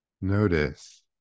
notice